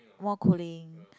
more cooling